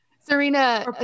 serena